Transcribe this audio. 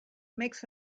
makes